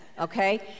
okay